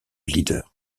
leader